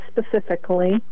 specifically